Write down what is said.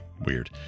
weird